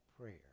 prayer